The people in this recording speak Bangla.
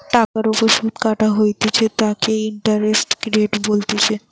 টাকার ওপর সুধ কাটা হইতেছে তাকে ইন্টারেস্ট রেট বলতিছে